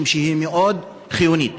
משום שהיא מאוד חיונית.